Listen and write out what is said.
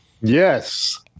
Yes